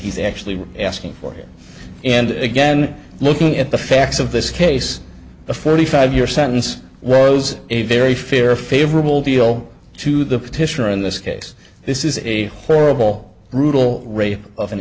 he's actually asking for it and again looking at the facts of this case the ferdi five year sentence was a very fair favorable deal to the petitioner in this case this is a horrible brutal rape of an